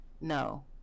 no